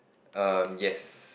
um yes